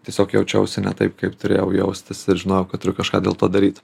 tiesiog jaučiausi ne taip kaip turėjau jaustis ir žinojau kad turiu kažką dėl to daryt